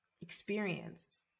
experience